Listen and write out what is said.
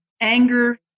anger